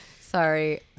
Sorry